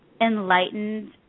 enlightened